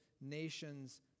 nations